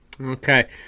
Okay